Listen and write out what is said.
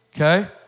Okay